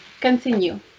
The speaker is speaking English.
Continue